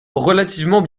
relativement